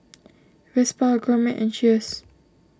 Vespa Gourmet and Cheers